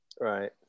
Right